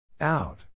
Out